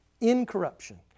incorruption